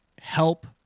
help